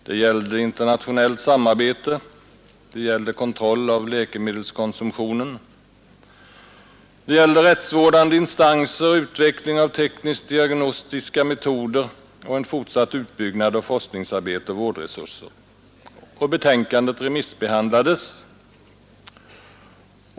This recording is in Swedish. Det gällde internationellt samarbete, det gällde kontroll av läkemedelskonsumtionen, det gällde rättsvårdande instanser, det gällde utveckling av teknisk—diagnostiska metoder och fortsatt utbyggnad av forskningsarbete och vårdresurser. 27 Betänkandet remissbehandlades.